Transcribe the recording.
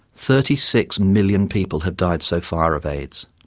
thirty six million people have died so far of aids.